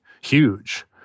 huge